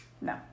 No